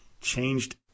changed